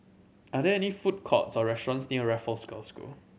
are there any food courts or restaurants near Raffles Girls' School